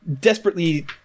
desperately